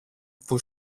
που